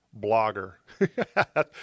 blogger